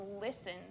listen